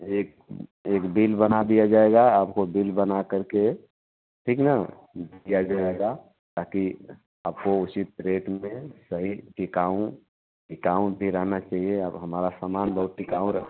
एक एक बिल बना दिया जाएगा आपको बिल बना करके ठीक न ताकि आपको उसी में सही टिकाऊ टिकाऊ भी रहना चाहिए अब हमारा सामान बहुत टिकाऊ रह